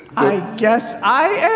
guess i